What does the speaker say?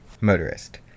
Motorist